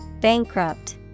bankrupt